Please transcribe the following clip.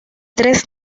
tres